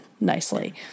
nicely